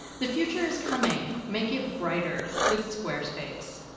the future is coming. make it brighter. with squarespace.